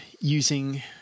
using